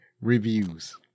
reviews